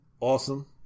awesome